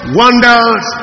wonders